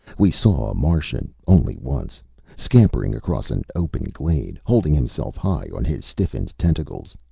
we saw a martian only once scampering across an open glade, holding himself high on his stiffened tentacles.